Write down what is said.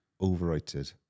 overrated